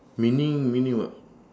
meaning meaning what